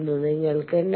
നിങ്ങൾക്ക് 93